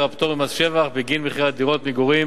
הפטור ממס שבח בגין מכירת דירות מגורים